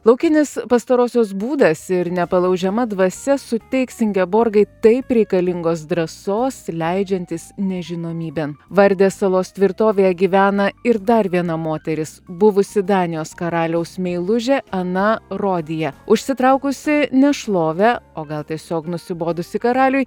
laukinis pastarosios būdas ir nepalaužiama dvasia suteiks ingeborgai taip reikalingos drąsos leidžiantis nežinomybėn vardės salos tvirtovėje gyvena ir dar viena moteris buvusi danijos karaliaus meilužė ana rodija užsitraukusi nešlovę o gal tiesiog nusibodusi karaliui